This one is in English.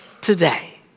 today